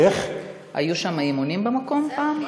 היו שם אימונים במקום פעם?